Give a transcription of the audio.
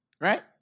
right